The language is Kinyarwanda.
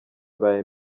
ibaye